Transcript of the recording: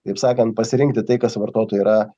taip sakant pasirinkti tai kas vartotojui yra